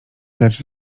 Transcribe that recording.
lecz